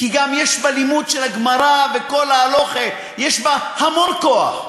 כי יש בלימוד של הגמרא וכל ההלכה, יש בה המון כוח.